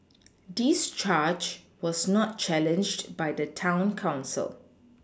this charge was not challenged by the town council